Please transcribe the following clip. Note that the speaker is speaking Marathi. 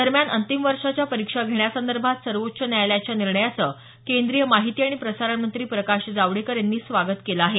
दरम्यान अंतिम वर्षाच्या परीक्षा घेण्यासंदर्भात सर्वोच्च न्यायालयाच्या निर्णयाचं केंद्रीय माहिती आणि प्रसारणमंत्री प्रकाश जावडेकर यांनी स्वागत केलं आहे